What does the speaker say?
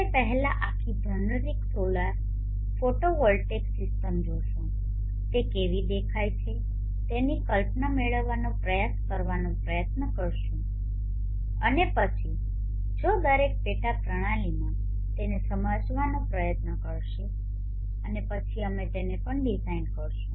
આપણે પહેલા આખી જનરિક સોલર ફોટોવોલ્ટેઇક સિસ્ટમ જોશું તે કેવી દેખાય છે તેની કલ્પના મેળવવાનો પ્રયાસ કરવાનો પ્રયત્ન કરીશું અને પછી જો દરેક પેટા પ્રણાલીમાં તેમને સમજવાનો પ્રયત્ન કરશે અને પછી અમે તેને પણ ડિઝાઇન કરીશું